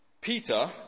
Peter